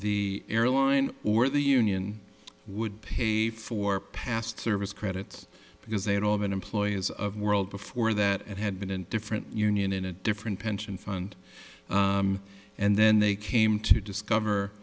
the airline or the union would pay for past service credits because they had all been employees of world before that and had been in different union in a different pension fund and then they came to discover